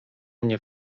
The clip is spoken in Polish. mnie